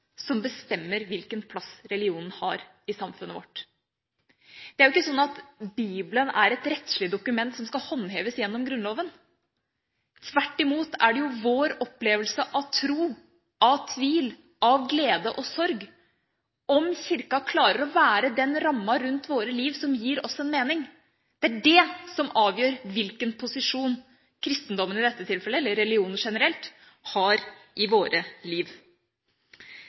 som bestemmer hvilken plass religionen har i samfunnet vårt. Det er ikke sånn at Bibelen er et rettslig dokument som skal håndheves gjennom Grunnloven. Tvert imot er det vår opplevelse av tro, av tvil, av glede og sorg som avgjør om Kirka klarer å være den rammen rundt vårt liv som gir oss en mening. Det er det som avgjør hvilken posisjon kristendommen i dette tilfellet, eller religionen generelt, har i vårt liv.